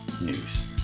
news